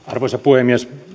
arvoisa puhemies